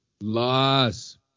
Loss